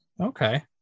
okay